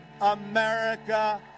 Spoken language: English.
America